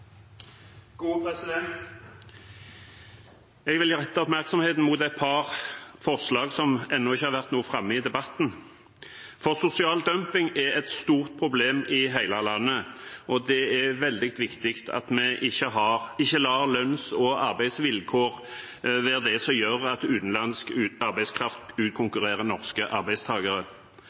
Jeg vil rette oppmerksomheten mot et par forslag som ennå ikke har vært framme i debatten. Sosial dumping er et stort problem i hele landet, og det er veldig viktig at vi ikke lar lønns- og arbeidsvilkår være det som gjør at utenlandsk arbeidskraft utkonkurrerer norske